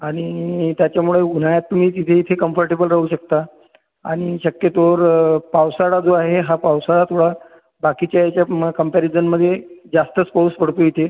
आणि त्याच्यामुळे उन्हाळ्यात तुम्ही तिथे इथे कंफर्टेबल राहू शकता आणि शक्यतोवर पावसाळा जो आहे हा पावसाळा थोडा बाकीच्या याच्या मं कंपॅरिजनमध्ये जास्तच पाऊस पडतो इथे